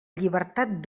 llibertat